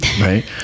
Right